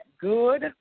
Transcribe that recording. good